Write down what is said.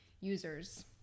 users